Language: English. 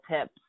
tips